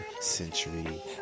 century